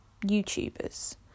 YouTubers